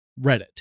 Reddit